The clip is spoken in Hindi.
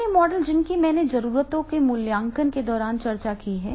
अन्य मॉडल जिनकी मैंने जरूरतों के मूल्यांकन के दौरान चर्चा की है